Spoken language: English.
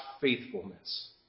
faithfulness